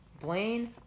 Blaine